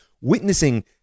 witnessing